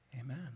Amen